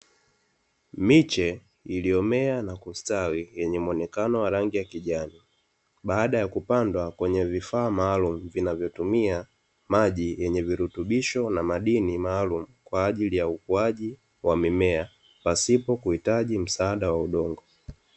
Miche iliyomea na kustawi, yenye muonekano wa rangi ya kijani, baada ya kupandwa kwenye vifaa maalumu vinavyotumia maji yenye virutubisho na madini maalumu, kwa ajili ya ukuaji wa mimea pasipo kuhitaji msaada wa udongo.